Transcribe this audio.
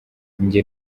njye